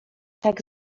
tak